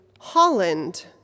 Holland